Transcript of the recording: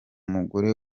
mugore